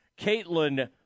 Caitlin